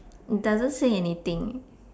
it doesn't say anything